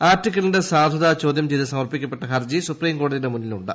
ആർട്ടിക്കിളിന്റെ സാധുത ചോദ്യം ചെയ്ത് സമർപ്പിക്കപ്പെട്ട ഹർജി സുപ്രീം കോടതിയുടെ മുന്നിലുണ്ട്